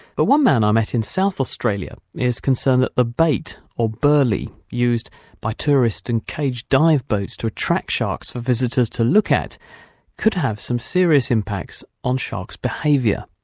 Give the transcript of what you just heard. but one man i met in south australia is concerned that the bait, or burley, used by tourists in caged dive boats to attract sharks for visitors to look at could have some serious impacts on sharks' behaviour.